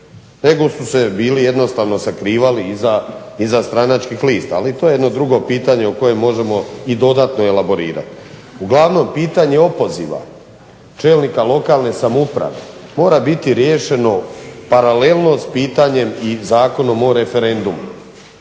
nego su se bili jednostavno sakrivali iza stranačkih lista. Ali, to je jedno drugo pitanje o kojem možemo i dodatno elaborirati. Uglavnom pitanje opoziva čelnika lokalne samouprave mora biti riješeno paralelno s pitanjem i Zakonom o referendumu.